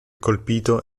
colpito